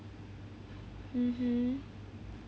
mmhmm